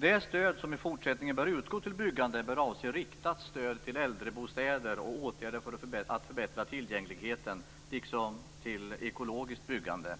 Det stöd som i fortsättningen bör utgå till byggande bör avse riktat stöd till äldrebostäder och åtgärder för att förbättra tillgängligheten liksom till ekologiskt byggande.